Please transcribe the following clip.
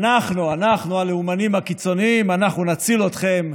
ואנחנו, אנחנו הלאומנים הקיצוניים, נציל אתכם,